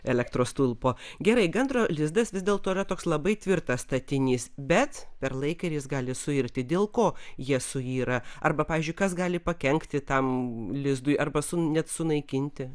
elektros stulpo gerai gandro lizdas vis dėlto yra toks labai tvirtas statinys bet per laiką ir jis gali suirti dėl ko jie suyra arba pavyzdžiui kas gali pakenkti tam lizdui arba net sunaikinti